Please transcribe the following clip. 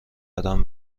قدم